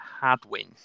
Hadwin